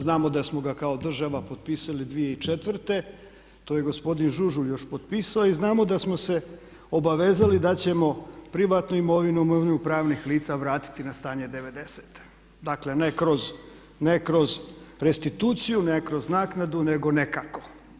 Znamo da smo ga kao država potpisali 2004. to je gospodin Žužulj još potpisao i znamo da smo se obavezali da ćemo privatnu imovinu, imovinu pravnih lica vratiti na stanje 90.-te dakle ne kroz restituciju, ne kroz naknadu nego nekako.